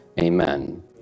Amen